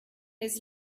his